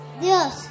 Dios